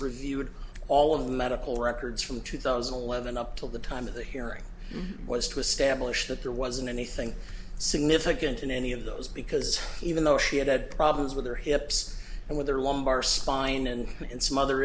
reviewed all of the medical records from two thousand and eleven up till the time of the hearing was to establish that there wasn't anything significant in any of those because even though she had had problems with her hips and with her lumbar spine and some other